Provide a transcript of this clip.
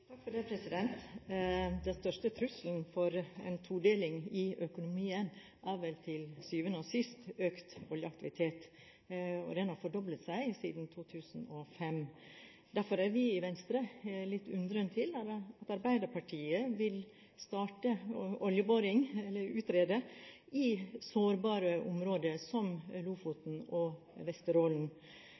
Den største trusselen for en todeling i økonomien er vel til syvende og sist økt oljeaktivitet, og den har fordoblet seg siden 2005. Derfor stiller vi i Venstre oss litt undrende til at Arbeiderpartiet vil starte oljeboring – eller utrede det – i sårbare områder som Lofoten og Vesterålen.